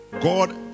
God